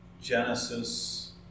Genesis